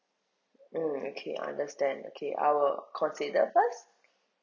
mm okay understand okay I will consider first